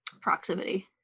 proximity